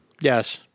Yes